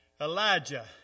Elijah